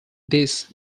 this